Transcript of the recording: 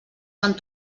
fan